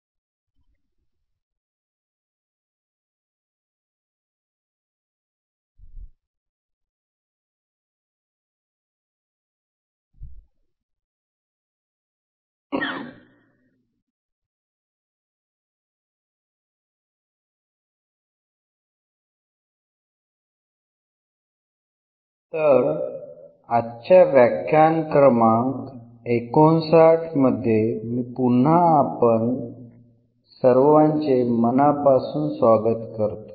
तर आजच्या व्याख्यान क्रमांक 59 मध्ये मी पुन्हा एकदा सर्वांचे मनापासून स्वागत करतो